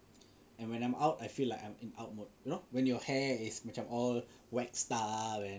and when I'm out I feel like I'm in out mode you know when your hair is macam all wax style and then